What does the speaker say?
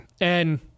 And-